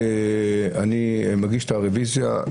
אני מגיש את הרוויזיה,